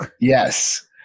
Yes